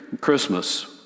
Christmas